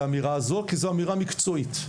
האמירה הזאת כי זאת אמירה מקצועית,